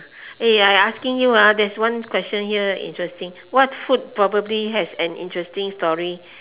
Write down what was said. I asking you there's one question here interesting what food probably has an interesting story